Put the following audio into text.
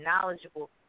knowledgeable